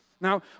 Now